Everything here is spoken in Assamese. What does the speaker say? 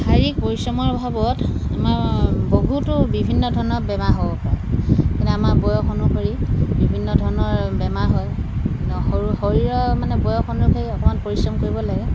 শাৰীৰিক পৰিশ্ৰমৰ অভাৱত আমাৰ বহুতো বিভিন্ন ধৰণৰ বেমাৰ হ'ব পাৰে মানে আমাৰ বয়স অনুসৰি বিভিন্ন ধৰণৰ বেমাৰ হয় সৰু শৰীৰৰ মানে বয়স অনুসৰি অকণমান পৰিশ্ৰম কৰিব লাগে